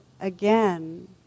again